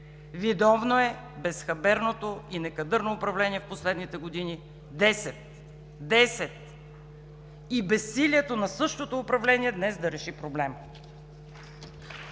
Виновно е безхаберното и некадърно управление в последните десет години – десет! – и безсилието на същото управление днес да реши проблема.